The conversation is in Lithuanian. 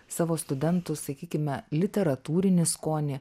savo studentų sakykime literatūrinį skonį